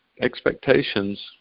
Expectations